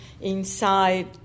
inside